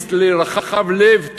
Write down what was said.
האגואיסט לרחב לב,